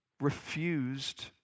refused